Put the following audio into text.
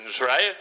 right